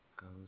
goes